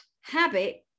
habit